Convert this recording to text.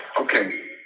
okay